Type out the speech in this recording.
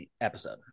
episode